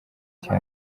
cya